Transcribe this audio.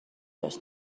باش